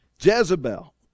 Jezebel